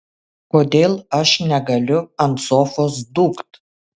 kodėl aš negaliu ant sofos dūkt